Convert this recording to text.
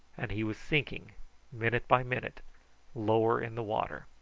and he was sinking minute by minute lower in the water.